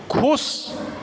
खुश